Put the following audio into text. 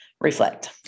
reflect